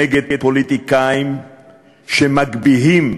נגד פוליטיקאים שמגביהים